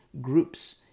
groups